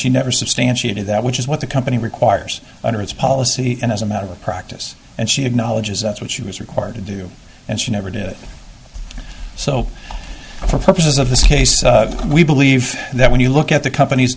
she never substantiated that which is what the company requires under its policy and as a matter of practice and she acknowledges that's what she was required to do and she never did so for purposes of this case we believe that when you look at the company's